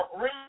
Read